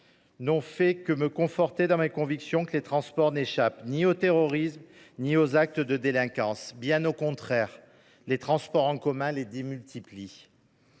n’ont fait que me conforter dans mes convictions : les transports n’échappent ni au terrorisme ni aux actes de délinquance. Bien au contraire, les transports en commun démultiplient